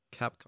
Capcom